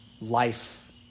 life